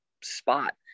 spot